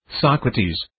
Socrates